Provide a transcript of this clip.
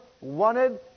wanted